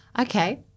Okay